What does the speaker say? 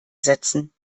setzen